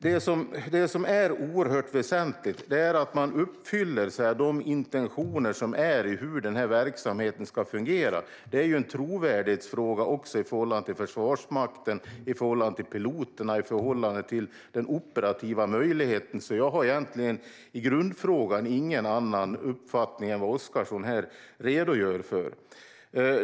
Det som är oerhört väsentligt är att man uppfyller intentionerna för hur verksamheten ska fungera. Det är ju även en trovärdighetsfråga i förhållande till Försvarsmakten, i förhållande till piloterna och i förhållande till den operativa möjligheten, så jag har egentligen ingen annan uppfattning i grundfrågan än vad Oscarsson här redogör för.